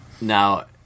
Now